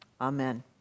Amen